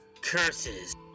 Curses